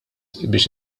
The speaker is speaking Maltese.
biex